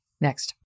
Next